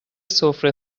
سفره